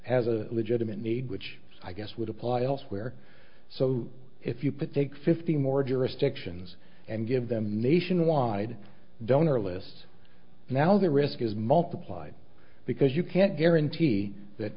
has a legitimate need which i guess would apply elsewhere so if you put take fifty more jurisdictions and give them nationwide donor lists now the risk is multiplied because you can't guarantee that